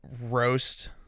roast